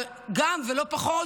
אבל גם, ולא פחות,